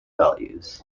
values